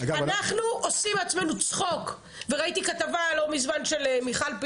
אנחנו עושים מעצמנו צחוק וראיתי כתבה לא מזמן של מיכל פ'